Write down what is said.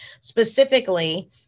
specifically